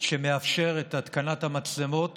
שמאפשר את התקנת המצלמות